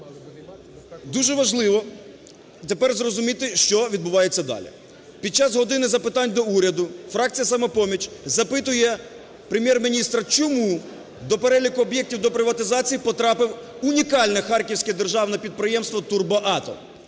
Дуже важливо тепер зрозуміти, що відбувається далі. Під час "години запитань до Уряду" фракція "Самопоміч" запитує Прем’єр-міністра, чому до переліку об'єктів до приватизації потрапило унікальне Харківське державне підприємство "Турбоатом".